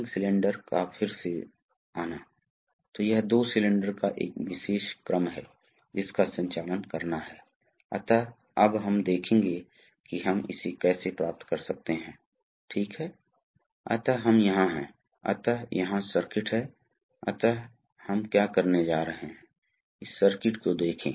अब जैसा कि मैंने कहा कि कई मामलों में आपको वाल्व के माध्यम से दबाव या प्रवाह को नियंत्रित करने की आवश्यकता होती है कभी कभी आपको पता है कि वेग को नियंत्रित करना होगा यदि आप बहुत अधिक भार ले जा रहे हैं तो कभी कभी यह चाहते हैं कि यह केवल उसी ओर बढ़े एक निश्चित गति से इसके लिए आपको प्रवाह नियंत्रण करना होगा